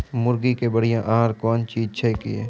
मुर्गी के बढ़िया आहार कौन चीज छै के?